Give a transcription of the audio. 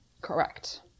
Correct